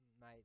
mate